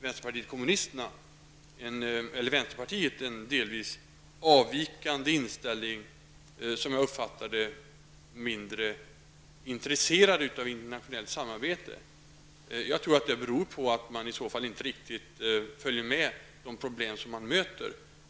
Vänsterpartiet hade en delvis avvikande inställning och var, som jag uppfattade det, mindre intresserat för internationellt samarbete. Jag tror att detta i så fall beror på att man inte riktigt studerar de problem som man möter.